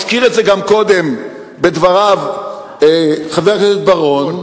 הזכיר את זה גם קודם בדבריו חבר הכנסת בר-און,